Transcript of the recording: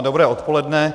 Dobré odpoledne.